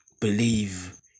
Believe